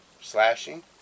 slashing